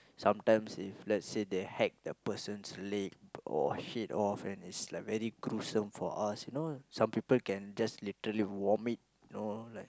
sometimes if let's say they hack the person's leg or head off and it's like very gruesome for us you know some people can literally vomit you know like